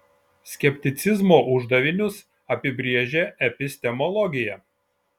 skepticizmo uždavinius apibrėžia epistemologija